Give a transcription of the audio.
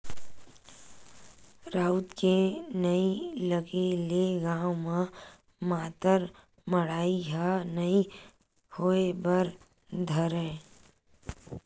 राउत के नइ लगे ले गाँव म मातर मड़ई ह नइ होय बर धरय